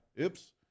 oops